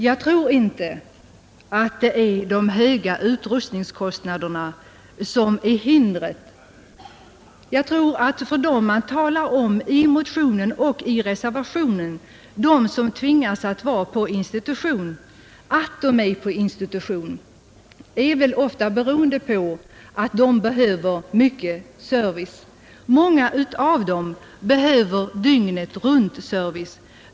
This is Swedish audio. Jag tror inte att det är de höga utrustningskostnaderna som är hindret. De handikappade som man talar om i motionen och reservationen och som bor på institution behöver med all sannolikhet mycket service. Många av dem behöver service dygnet runt.